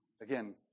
Again